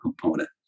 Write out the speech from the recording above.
component